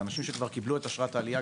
זה אנשים שכבר קיבלו את אשרת העלייה,